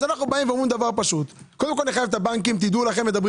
אז אנחנו אומרים: קודם כל לחייב את הבנקים מדברים